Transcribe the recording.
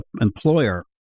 employer